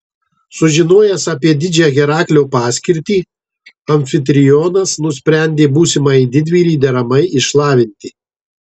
sužinojęs apie didžią heraklio paskirtį amfitrionas nusprendė būsimąjį didvyrį deramai išlavinti